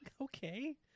okay